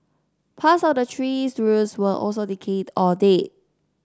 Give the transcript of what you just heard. parts of the tree's roots were also decayed or dead